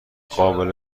قابل